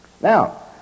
Now